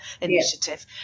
initiative